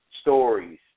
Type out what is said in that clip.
stories